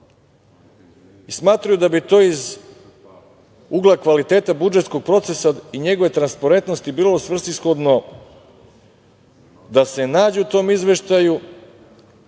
i smatraju da bi to iz ugla kvaliteta budžetskog procesa i njegove transparentnosti bilo svrsishodno da se nađe u tom izveštaju,